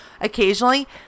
Occasionally